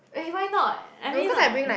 eh why not I mean like